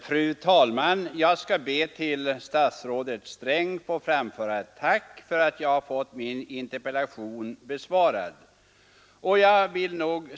Fru talman! Jag ber att till statsrådet Sträng få framföra ett tack för att jag fått min interpellation besvarad.